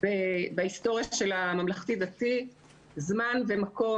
בהיסטוריה של הממלכתי דתי זמן ומקום